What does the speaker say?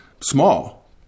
small